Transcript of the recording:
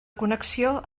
connexió